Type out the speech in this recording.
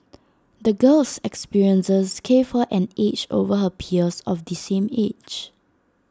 the girl's experiences gave her an edge over her peers of the same age